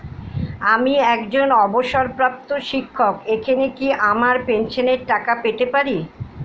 আমি একজন অবসরপ্রাপ্ত শিক্ষক এখানে কি আমার পেনশনের টাকা পেতে পারি?